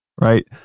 right